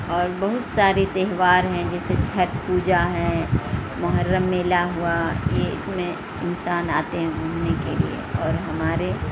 اور بہت ساری تہوار ہیں جیسے چھٹ پوجا ہے محرم میلہ ہوا یہ اس میں انسان آتے ہیں گھومنے کے لیے اور ہمارے